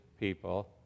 people